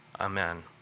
Amen